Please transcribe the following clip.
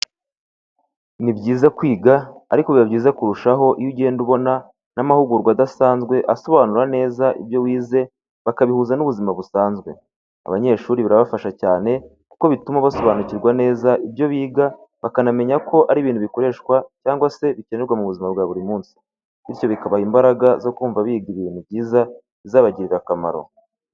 Ni byiza kwiga ariko biba byiza kurushaho iyo ugenda ubona n'amahugurwa adasanzwe asobanura neza ibyo wize bakabihuza n'ubuzima busanzwe. Abanyeshuri birabafasha cyane kuko bituma basobanukirwa neza ibyo biga bakanamenya ko ari ibintu bikoreshwa cyangwa se bikenerwa mu buzima bwa buri munsi, bityo bikabaha imbaraga zo kumva ko biga ibintu byiza bizabagirira akamaro.